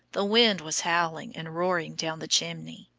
the wind was howling and roaring down the chimney.